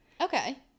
Okay